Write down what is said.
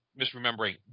misremembering